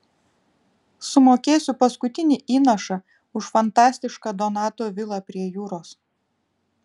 sumokėsiu paskutinį įnašą už fantastišką donato vilą prie jūros